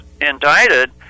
indicted